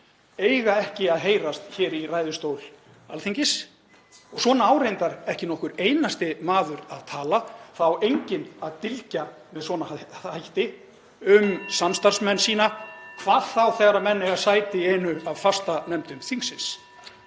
eiga ekki að heyrast hér í ræðustól Alþingis og svona á reyndar ekki nokkur einasti maður að tala, það á enginn að dylgja með svona hætti um samstarfsmenn sína, hvað þá þegar menn eiga sæti í einni af fastanefndum þingsins.